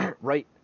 right